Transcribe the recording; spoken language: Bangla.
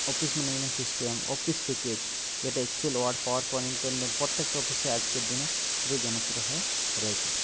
office management system office package যেটা এক্সেল ওয়ার্ড পাওয়ার পয়েন্ট প্রত্যেকটা অফিসে আজকের দিনে খুবই জনপ্রিয় হয়ে রয়েছে